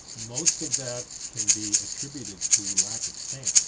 most of that can be attributed to lack of sand.